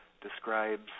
describes